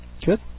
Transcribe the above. Good